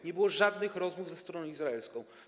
Nie było żadnych rozmów ze stroną izraelską.